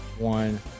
One